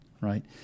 right